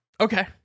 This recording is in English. okay